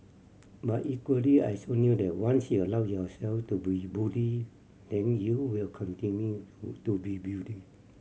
but equally I so knew that once you allow yourself to be bullied then you will continue to be